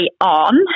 on